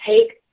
take